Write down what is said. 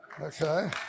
Okay